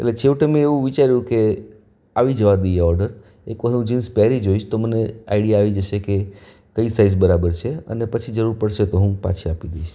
એટલે છેવટે મેં એવું વિચાર્યું કે આવી જવા દઈએ ઓડર એક વખત હું જીન્સ પહેરી જોઈશ તો મને આઇડિયા આવી જશે કે કઈ સાઇઝ બરાબર છે અને પછી જરૂર પડશે તો હું પાછી આપી દઈશ